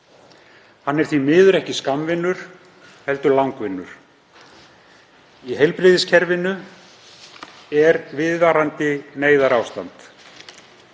Hann er því miður ekki skammvinnur heldur langvinnur. Í heilbrigðiskerfinu er viðvarandi neyðarástand.